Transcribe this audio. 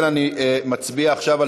מצביעים